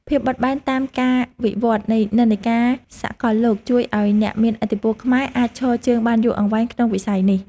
ភាពបត់បែនតាមការវិវឌ្ឍនៃនិន្នាការសកលលោកជួយឱ្យអ្នកមានឥទ្ធិពលខ្មែរអាចឈរជើងបានយូរអង្វែងក្នុងវិស័យនេះ។